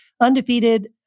Undefeated